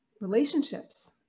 relationships